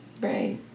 right